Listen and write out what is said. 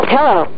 Hello